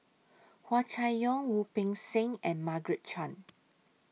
Hua Chai Yong Wu Peng Seng and Margaret Chan